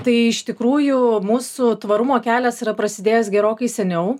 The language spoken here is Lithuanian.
tai iš tikrųjų mūsų tvarumo kelias yra prasidėjęs gerokai seniau